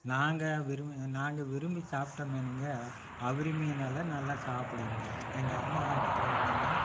நாங்கள் விரும்பி நாங்கள் விரும்பி சாப்பிட்ட மீனுங்க அவுரி மீன் எல்லாம் நல்லா சாப்பிடுவோங்க எங்கள் அம்மா ஆக்கி போடுவாங்க